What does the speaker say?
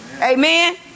Amen